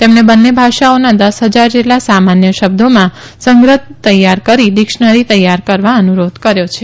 તેમને બંને ભાષાઓના દસ હજાર જેટલા સામાન્ય શબ્દોમાં સંગ્રહ તૈયાર કરી ડીક્ષનરી તૈયાર કરવા અનુરોધ કર્યો છે